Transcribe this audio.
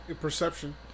Perception